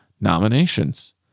nominations